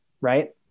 Right